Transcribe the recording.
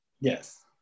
Yes